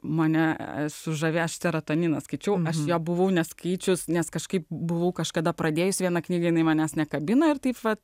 mane sužavi aš serotoniną skaičiau jo buvau neskaičius nes kažkaip buvau kažkada pradėjus vieną knygą jinai manęs nekabina ir taip vat